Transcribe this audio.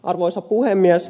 arvoisa puhemies